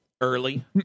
early